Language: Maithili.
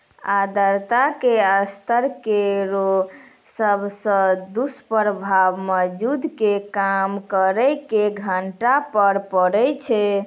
आर्द्रता के स्तर केरो सबसॅ दुस्प्रभाव मजदूर के काम करे के घंटा पर पड़ै छै